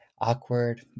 awkward